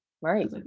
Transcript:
Right